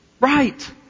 Right